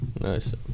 nice